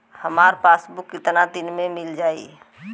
हमार पासबुक कितना दिन में मील जाई?